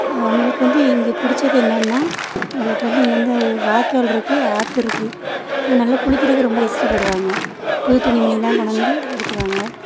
அவர்களுக்கு வந்து இங்கே பிடிச்சது என்னென்னா அவர்களுக்கு வந்து இங்கே வந்து வாய்க்காலிருக்கு ஆற்றிருக்கு அங்கே நல்லா குளிக்கிறதுக்கு நல்லா இஷ்டப்படுவாங்க புது துணிமணியெலாம் கொண்டாந்து உடுத்துவாங்க